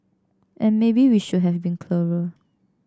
and maybe we should have been clearer